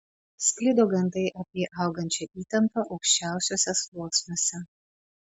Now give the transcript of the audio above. sklido gandai apie augančią įtampą aukščiausiuose sluoksniuose